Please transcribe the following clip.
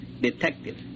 detective